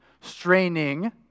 straining